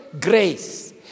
grace